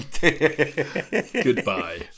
goodbye